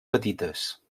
petites